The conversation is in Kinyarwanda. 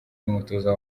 y’umutoza